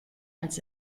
als